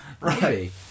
right